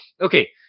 okay